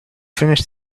finish